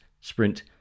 sprint